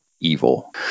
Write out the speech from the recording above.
evil